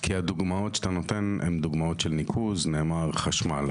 ככל שהיא לא התנגדות וההצעה החלופית היא בסדר,